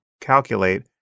calculate